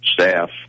staff